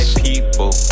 people